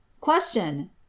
Question